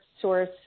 source